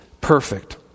perfect